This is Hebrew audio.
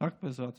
רק בעזרת השם: